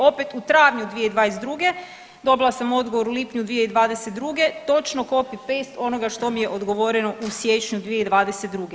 Opet u travnju 2022. dobila sam odgovor u lipnju 2022. točno copy paste onoga što mi je odgovoreno u siječnju 2022.